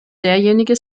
derjenige